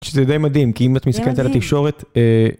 שזה די מדהים, כי אם את מסתכלת על התקשורת...